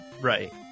right